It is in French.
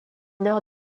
nord